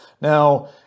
Now